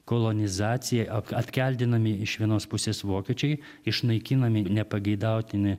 kolonizacija atkeldinami iš vienos pusės vokiečiai išnaikinami nepageidautini